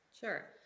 sure